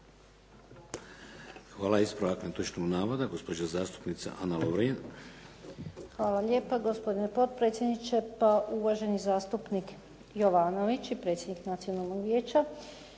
Hvala. Ispravak netočnog navoda gospođa zastupnica Ana Lovrin. **Lovrin, Ana (HDZ)** Hvala lijepa gospodine potpredsjedniče. Pa, uvaženi zastupnik Jovanović i predsjednik Nacionalnog vijeća